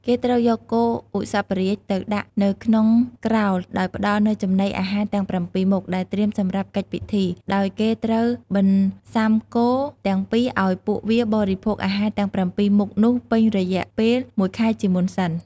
គេត្រូវយក គោឧសភរាជទៅដាក់នៅក្នុងក្រោលដោយផ្ដល់នូវចំណីអាហារទាំង ៧មុខ ដែលត្រៀមសម្រាប់កិច្ចពិធី ដោយគេត្រូវបន្សាំគោទាំងពីរឱ្យពួកវាបរិភោគអាហារទាំង៧មុខនោះពេញរយៈពេល ១ខែជាមុនសិន។